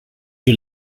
you